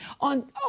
on